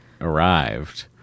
arrived